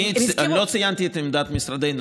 אני לא ציינתי את עמדת משרדנו,